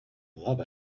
love